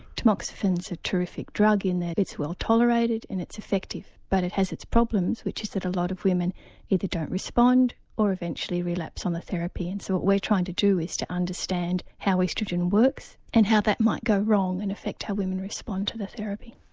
tamoxifen is a terrific drug in that it's well tolerated and it's effective but it has its problems, which is that a lot of women either don't respond or eventually relapse on the therapy. and so what we are trying to do is to understand how oestrogen works and how that might go wrong and effect how women respond to the therapy.